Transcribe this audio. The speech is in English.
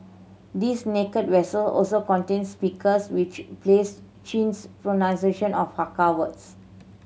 these naked vessel also contain speakers which plays Chin's pronunciation of Hakka words